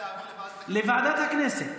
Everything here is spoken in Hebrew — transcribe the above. להעביר לוועדת הכנסת.